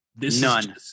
none